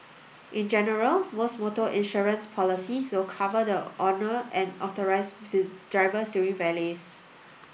in general most motor insurance policies will cover the owner and authorised with drivers during valets